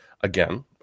Again